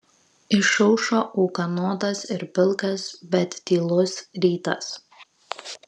išaušo ūkanotas ir pilkas bet tylus rytas